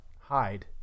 hide